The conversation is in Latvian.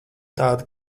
tāda